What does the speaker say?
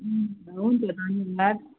हुन्छ धन्यवाद